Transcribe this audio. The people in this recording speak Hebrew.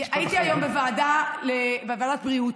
הייתי היום בוועדת בריאות.